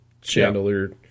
chandelier